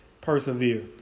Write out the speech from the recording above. persevere